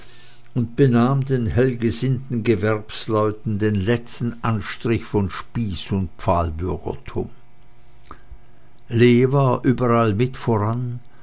und benahm den hellgesinnten gewerbsleuten den letzten anflug von spieß und pfahlbürgertum lee war überall mit voran